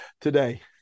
today